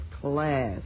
class